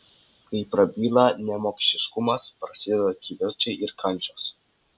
kai prabyla nemokšiškumas prasideda kivirčai ir kančios